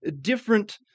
different